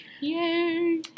Yay